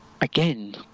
again